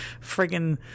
friggin